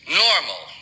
normal